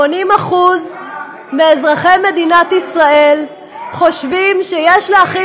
80% מאזרחי מדינת ישראל חושבים שיש להחיל